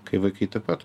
kai vaikai taip pat